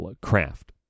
craft